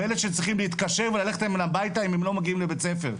ואלה שצריכים להתקשר וללכת אליהם הביתה אם הם לא מגיעים לבית-ספר.